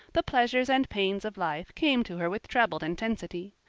the pleasures and pains of life came to her with trebled intensity.